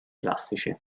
classici